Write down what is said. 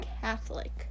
Catholic